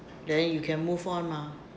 then you can move on mah